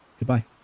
Goodbye